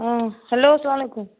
اۭں hello السلام علیکُم